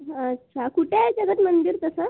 अच्छा कुठे आहे जगत मंदिर तसं